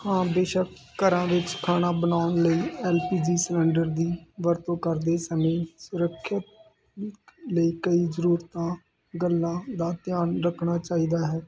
ਹਾਂ ਬੇਸ਼ਕ ਘਰਾਂ ਵਿੱਚ ਖਾਣਾ ਬਣਾਉਣ ਲਈ ਐਲ ਪੀ ਜੀ ਸਲੰਡਰ ਦੀ ਵਰਤੋਂ ਕਰਦੇ ਸਮੇਂ ਸੁਰੱਖਿਅਤ ਲਈ ਕਈ ਜਰੂਰਤਾਂ ਗੱਲਾਂ ਦਾ ਧਿਆਨ ਰੱਖਣਾ ਚਾਹੀਦਾ ਹੈ